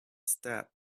step